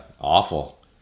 awful